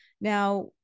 now